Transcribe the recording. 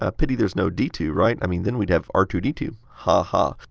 ah pity there's no d two, right? i mean then we'd have r two d two. ha ha.